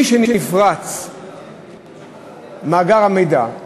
שמשנפרץ מאגר מידע,